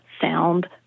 sound